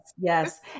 Yes